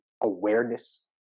awareness